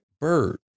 Bird